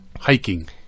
Hiking